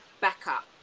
backup